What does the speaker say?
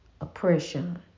oppression